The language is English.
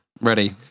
Ready